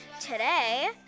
Today